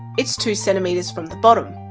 it's two centimeters from the bottom.